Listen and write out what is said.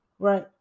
Right